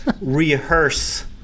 rehearse